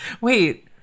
Wait